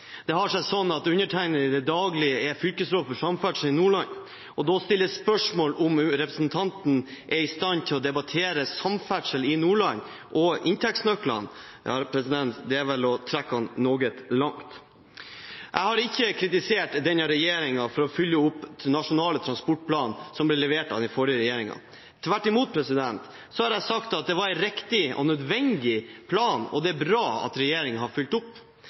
Det har seg sånn at undertegnede til daglig er fylkesråd for samferdsel i Nordland. Å stille spørsmål ved om representanten er i stand til å debattere samferdsel i Nordland og inntektsnøklene, er vel å trekke det noe langt. Jeg har ikke kritisert denne regjeringen for å oppfylle Nasjonal transportplan som ble levert av den forrige regjeringen. Tvert imot har jeg sagt at det var en riktig og nødvendig plan, og det er bra at regjeringen har fulgt opp.